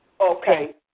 Okay